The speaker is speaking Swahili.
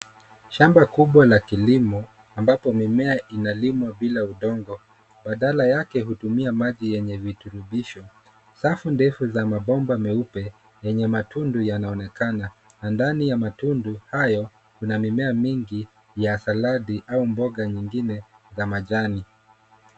Shamba kubwa la kilimo ambapo mimea inalimwa bila udongo, badala yake hutumia maji yenye virutubisho. Safu ndefu za mabomba meupe yenye matundu yanaonekana, na ndani ya matundu hayo kuna mimea mingi ya saladi au mboga nyingine ya majani.